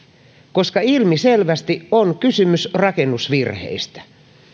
tekee ilmiselvästi on kysymys rakennusvirheistä